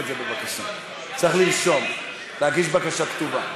צריך לרשום, להגיש בקשה כתובה.